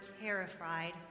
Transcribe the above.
terrified